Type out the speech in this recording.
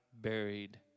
buried